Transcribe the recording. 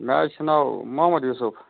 مےٚ حظ چھُ ناو محمد یوٗسُف